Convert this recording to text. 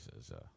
says